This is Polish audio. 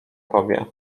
tobie